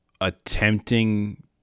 attempting